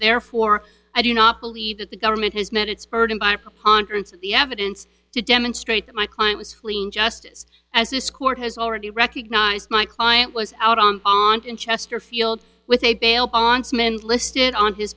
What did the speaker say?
therefore i do not believe that the government has met its burden by pondering the evidence to demonstrate that my client was fleeing justice as this court has already recognized my client was out on ont in chesterfield with a bail bondsman listed on his